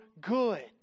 good